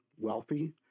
wealthy